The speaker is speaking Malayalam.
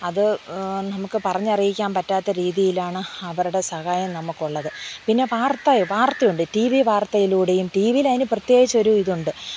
അത് നമുക്ക് പറഞ്ഞറിയിക്കാൻ പറ്റാത്ത രീതിയിലാണ് അവരുടെ സഹായം നമുക്കുള്ളത് പിന്നെ വാർത്ത വാർത്തയുണ്ട് ടി വി വാർത്തയിലൂടെയും ടിവിയിൽ അതിന് പ്രത്യേകിച്ചൊരു ഇതുണ്ട്